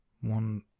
One